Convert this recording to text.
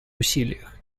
усилиях